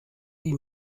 wie